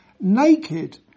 Naked